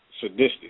sadistic